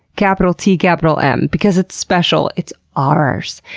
capital t, capital m, because it's special, it's ours.